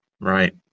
Right